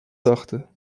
dachten